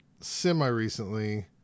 semi-recently